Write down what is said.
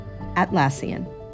Atlassian